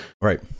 Right